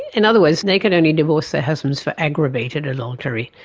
in other words, they could only divorce their husbands for aggravated adultery.